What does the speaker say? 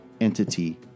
entity